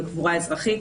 זה קבורה אזרחית,